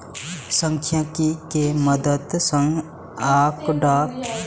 सांख्यिकी के मदति सं आंकड़ाक आधार पर निर्णय लेल जा सकैए